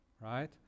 right